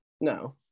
No